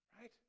right